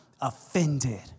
offended